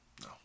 No